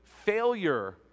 failure